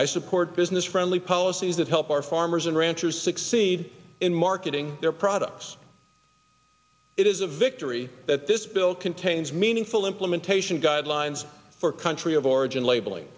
i support business friendly policies that help our farmers and ranchers succeed in marketing their products it is a victory that this bill contains meaningful implementation guidelines for country of origin labeling